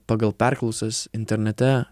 pagal perklausas internete